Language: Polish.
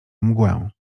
mgłę